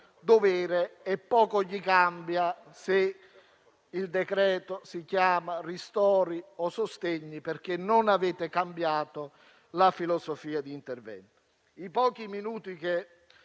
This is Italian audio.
e poco gli cambia se il provvedimento si chiami ristori o sostegni, perché non avete cambiato la filosofia di intervento. I minuti che